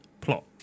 plot